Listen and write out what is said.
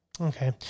Okay